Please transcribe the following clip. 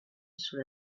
sur